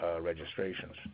registrations